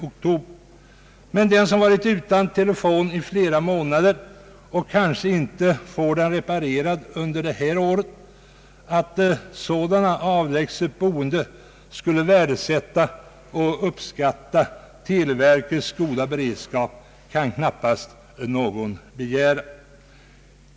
Jag vill endast tillägga att man knappast kan begära att den som varit utan telefon i flera månader och kanske inte får den reparerad under det här året — sådan är situationen för vissa avlägset boende — skall värdesätta televerkets stora och goda beredskap.